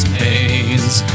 pains